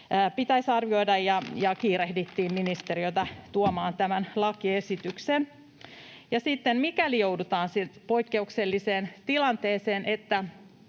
pitäisi arvioida, ja kiirehdittiin ministeriötä tuomaan tämä lakiesitys. Ja sitten, mikäli joudutaan silti poikkeukselliseen tilanteeseen,